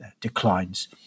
declines